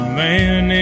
man